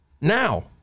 Now